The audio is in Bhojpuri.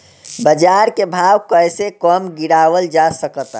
बाज़ार के भाव कैसे कम गीरावल जा सकता?